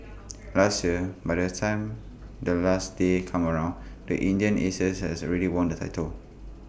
last year by the time the last day come around the Indian Aces has already won the title